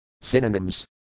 Synonyms